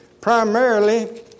primarily